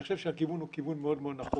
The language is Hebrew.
אני חושב שהכיוון הוא כיוון מאוד מאוד נכון.